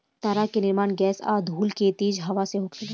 तारा के निर्माण गैस आ धूल के तेज हवा से होखेला